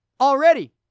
already